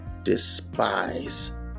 Despise